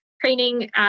training